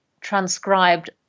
transcribed